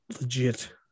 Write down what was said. legit